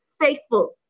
faithful